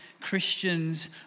Christians